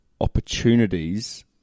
opportunities